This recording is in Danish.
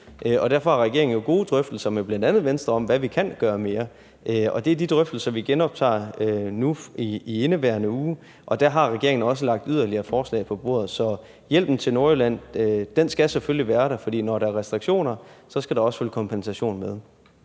derfor har regeringen jo gode drøftelser med bl.a. Venstre om, hvad vi kan gøre mere. Det er de drøftelser, som vi genoptager nu i indeværende uge, og der har regeringen også lagt yderligere forslag på bordet. Så hjælpen til Nordjylland skal selvfølgelig være der, for når der er restriktioner, skal der også følge en kompensation med.